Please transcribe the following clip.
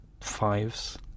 fives